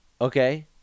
Okay